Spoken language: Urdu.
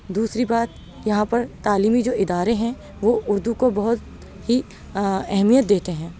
دوسری بات یہاں پر تعلیمی جو ادارے ہیں وہ اردو کو بہت ہی اہمیت دیتے ہیں